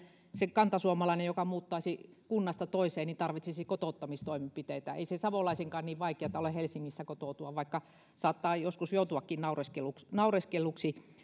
se kantasuomalainen joka muuttaisi kunnasta toiseen tarvitsisi kotouttamistoimenpiteitä ei sen savolaisenkaan niin vaikeata ole helsingissä kotoutua vaikka saattaa joskus joutuakin naureskelluksi naureskelluksi